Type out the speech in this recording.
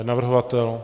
Navrhovatel?